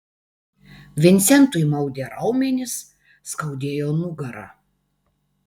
vincentui maudė raumenis skaudėjo nugarą